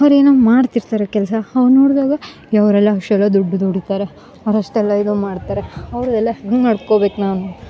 ಅವ್ರ ಏನೋ ಮಾಡ್ತಿರ್ತಾರೆ ಕೆಲಸ ಅವ್ಗ ನೋಡ್ದಾಗ ಎ ಅವರೆಲ್ಲ ಅಷ್ಟೆಲ್ಲ ದುಡ್ಡು ದುಡಿತಾರೆ ಅವ್ರ ಅಷ್ಟೆಲ್ಲ ಇದನ್ನ ಮಾಡ್ತಾರೆ ಆವ್ರ್ಡ ಎಲ್ಲ ಹೆಂಗ ನಡ್ಕೊಬೇಕು ನಾನು